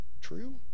true